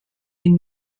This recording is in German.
den